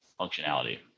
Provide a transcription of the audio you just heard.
functionality